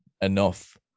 enough